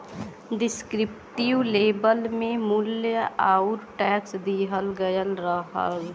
descriptive label में मूल्य आउर टैक्स दिहल गयल रहला